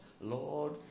Lord